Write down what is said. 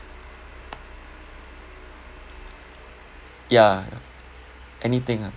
ya anything ah